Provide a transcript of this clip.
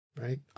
right